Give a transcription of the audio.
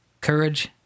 courage